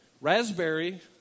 Raspberry